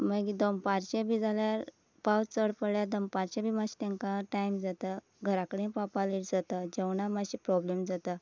मागीर दनपारचें बी जाल्यार पावस चड पडल्यार दनपारचें बी मात्शे तेंकां टायम जाता घरा कडेन पावपाक लेट जाता जेवणाक मात्शी प्रोब्लेम जाता